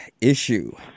issue